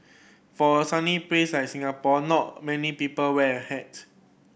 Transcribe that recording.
for a sunny place like Singapore not many people wear a hat